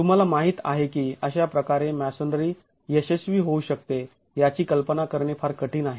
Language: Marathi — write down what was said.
तुम्हाला माहित आहे की अशा प्रकारे मॅसोनरी यशस्वी होऊ शकते याची कल्पना करणे फार कठीण आहे